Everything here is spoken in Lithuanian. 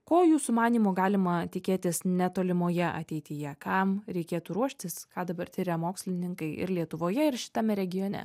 ko jūsų manymu galima tikėtis netolimoje ateityje kam reikėtų ruoštis ką dabar tiria mokslininkai ir lietuvoje ir šitame regione